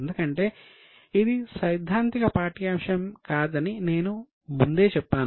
ఎందుకంటే ఇది సైద్ధాంతిక పాఠ్యాంశం కాదని నేను ముందే చెప్పాను